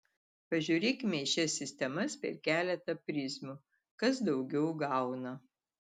pažiūrėkime į šias sistemas per keletą prizmių kas daugiau gauna